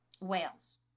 whales